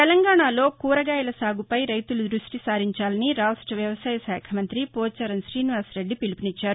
తెలంగాణలో కూరగాయల సాగుపై రైతులు దృష్టిసారించాలని రాష్ట వ్యవసాయశాఖ మంత్రి పోచారం గ్రీనివాస్రెడ్డి పిలుపునిచ్చారు